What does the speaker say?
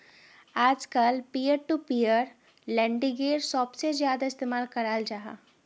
आजकल peer to peer लेंडिंगेर सबसे ज्यादा इस्तेमाल कराल जाहा